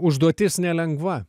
užduotis nelengva